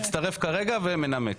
מצטרף כרגע ומנמק.